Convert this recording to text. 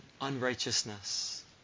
unrighteousness